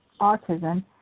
autism